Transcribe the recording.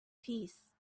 peace